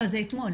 לא, אתמול